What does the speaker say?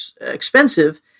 expensive